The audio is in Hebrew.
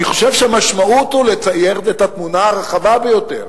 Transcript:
אני חושב שהמשמעות היא לצייר את התמונה הרחבה ביותר.